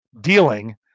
dealing